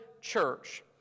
church